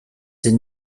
did